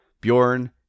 Bjorn